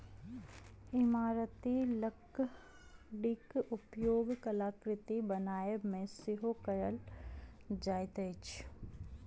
इमारती लकड़ीक उपयोग कलाकृति बनाबयमे सेहो कयल जाइत अछि